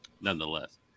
Nonetheless